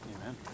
amen